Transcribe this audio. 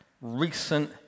recent